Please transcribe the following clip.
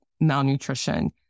malnutrition